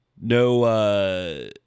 No